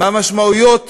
מהמשמעויות